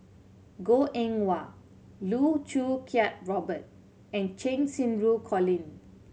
Goh Eng Wah Loh Choo Kiat Robert and Cheng Xinru Colin